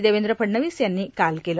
देवेंद्र फडणवीस यांनी काल केलं